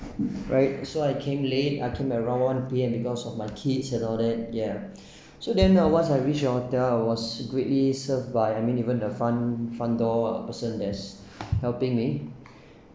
right so I came late I came around one P_M because of my kids and all that yeah so the once I reach your hotel I was greatly serve by I mean even the front front door person that is helping me